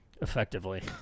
effectively